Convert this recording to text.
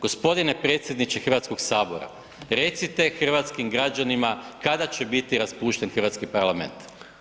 Gospodine predsjedniče Hrvatskog sabora recite hrvatskim građanima kada će biti raspušten hrvatski parlament.